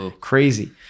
Crazy